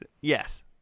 Yes